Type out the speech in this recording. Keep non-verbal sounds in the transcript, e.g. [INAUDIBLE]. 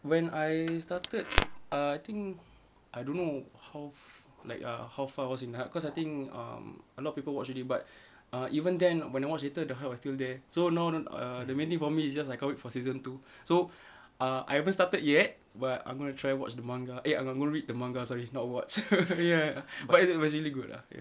when I started uh I think I don't know how like err I was in ha~ cause I think um a lot of people watch already but ah even then when I watch later the hype was still there so no~ err the main thing for me it's just I can't wait for season two so uh I haven't started yet but I'm going to try watch the manga eh I I'm gonna read the manga sorry not watch [LAUGHS] ya but it was really good lah ya